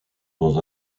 dans